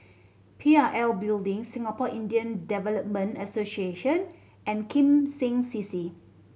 P I L Building Singapore Indian Development Association and Kim Seng C C